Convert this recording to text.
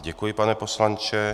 Děkuji, pane poslanče.